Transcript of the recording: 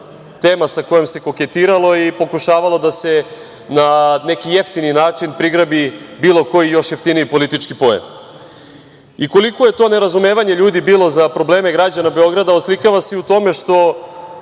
tema sa kojom se koketiralo i pokušavalo da se na neki jeftin način prigrabi bilo koji još jeftiniji politički poen. Koliko je to nerazumevanje ljudi bilo za probleme građana Beograda oslikava se i u tome što,